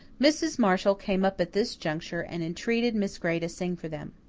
mrs. marshall came up at this juncture and entreated miss gray to sing for them.